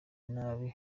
nabi